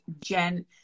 Jen